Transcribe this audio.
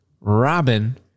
Robin